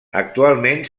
actualment